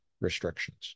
restrictions